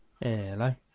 Hello